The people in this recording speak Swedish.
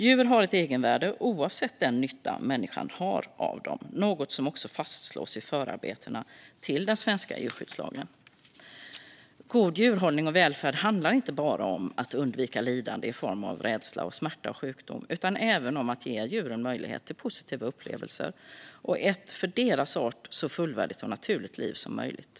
Djur har ett egenvärde oavsett den nytta människan har av dem, något som också fastslås i förarbetena till den svenska djurskyddslagen. God djurhållning och välfärd handlar inte bara om att undvika lidande i form av rädsla, smärta, sjukdom utan även om att ge djuren möjlighet till positiva upplevelser och ett för deras art så fullvärdigt och naturligt liv som möjligt.